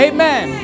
Amen